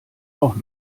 auch